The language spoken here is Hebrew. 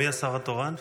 מי השר התורן?